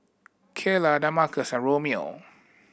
Kaylah Damarcus and Romeo